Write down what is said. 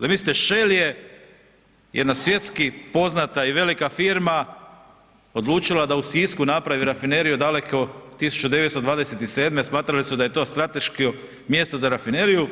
Zamislite, Shell je jedna svjetski poznata i velika firma, odlučila da u Sisku napravi rafineriju daleke 1927., smatrali su da je to strateško mjesto za rafineriju,